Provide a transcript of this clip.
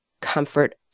comfort